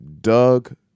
Doug